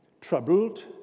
troubled